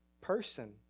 person